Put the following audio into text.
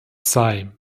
sei